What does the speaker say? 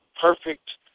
perfect